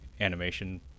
animation